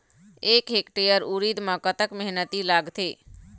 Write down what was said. एक हेक्टेयर उरीद म कतक मेहनती लागथे?